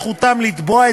סעיפים 1 11 נתקבלו.